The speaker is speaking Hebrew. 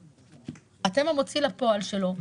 אתם המוציא לפועל שלו.